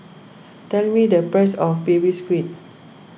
tell me the price of Baby Squid